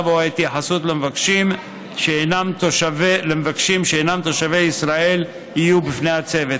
או ההתייחסות למבקשים שאינם תושבי ישראל יהיו בפני הצוות.